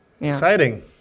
exciting